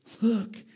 look